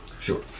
Sure